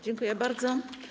Dziękuję bardzo.